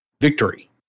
victory